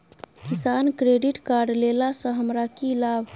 किसान credit card लेला सऽ हमरा की लाभ?